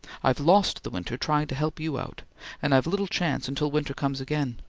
i've lost the winter trying to help you out and i've little chance until winter comes again.